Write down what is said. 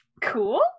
Cool